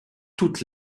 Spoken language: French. toute